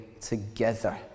together